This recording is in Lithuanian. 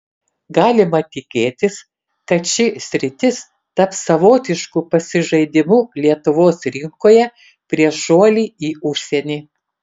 galima tikėtis kad ši sritis taps savotišku pasižaidimu lietuvos rinkoje prieš šuolį į užsienį